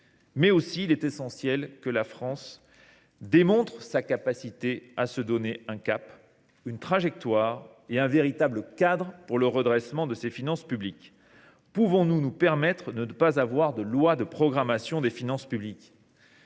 Parallèlement, il est essentiel que la France démontre sa capacité à se donner un cap, une trajectoire et un véritable cadre pour le redressement de ses finances publiques. Pouvons nous nous permettre de ne pas avoir de loi de programmation des finances publiques ?